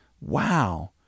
Wow